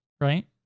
right